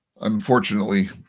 Unfortunately